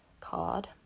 card